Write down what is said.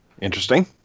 interesting